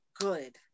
good